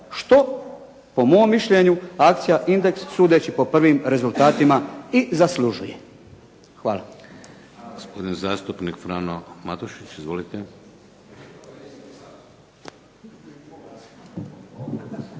što po mom mišljenju akcija Indeks sudeći po prvim rezultatima i zaslužuje. Hvala.